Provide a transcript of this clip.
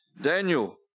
Daniel